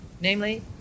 Namely